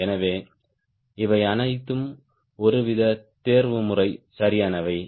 எனவே இவை அனைத்தும் ஒருவித தேர்வுமுறை சரியானவை